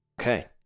Okay